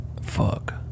Fuck